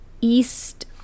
east